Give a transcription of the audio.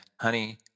honey